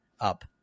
up